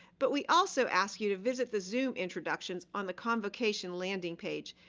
but we also ask you to visit the zoom introductions on the convocation landing page.